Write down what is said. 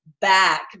back